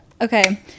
Okay